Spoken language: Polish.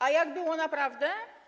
A jak było naprawdę?